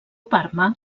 parma